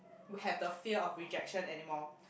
would have the fear of rejection anymore